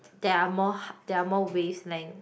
there are more har~ there are more wavelength